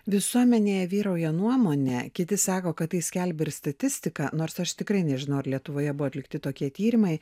visuomenėje vyrauja nuomonė kiti sako kad tai skelbia ir statistika nors aš tikrai nežinau ar lietuvoje buvo atlikti tokie tyrimai